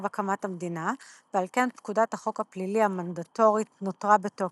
הקמת המדינה ועל כן פקודת החוק הפלילי המנדטורית נותרה בתוקף.